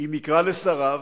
אם יקרא לשריו